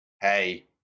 hey